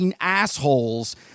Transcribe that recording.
assholes